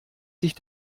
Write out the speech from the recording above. sich